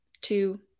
two